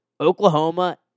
Oklahoma